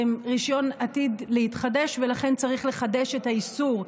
הרישיון עתיד להתחדש ולכן צריך לחדש את האיסור,